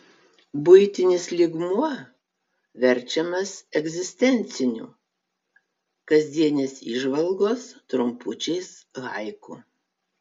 buitinis lygmuo verčiamas egzistenciniu kasdienės įžvalgos trumpučiais haiku